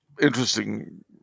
interesting